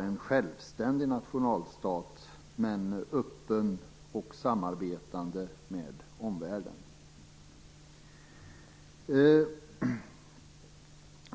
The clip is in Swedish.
en självständig nationalstat som är öppen och samarbetande med omvärlden.